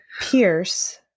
pierce